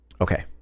Okay